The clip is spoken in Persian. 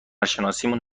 شناسیمون